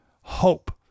hope